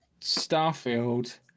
starfield